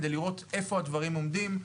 כדי לראות איפה הדברים עומדים.